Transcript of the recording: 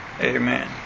Amen